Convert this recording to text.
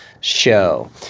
show